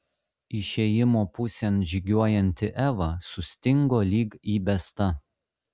išėjimo pusėn žygiuojanti eva sustingo lyg įbesta